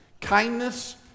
Kindness